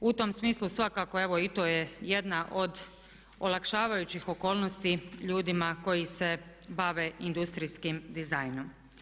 U tom smislu svakako evo i to je jedna od olakšavajućih okolnosti ljudima koji se bave industrijskim dizajnom.